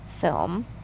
film